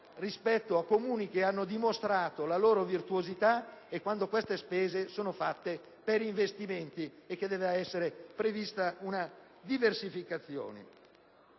rispetto a Comuni che hanno dimostrato la loro virtuosità quando le spese vengono destinate ad investimenti e che debba essere prevista una diversificazione.